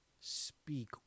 speak